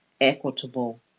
equitable